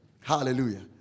Hallelujah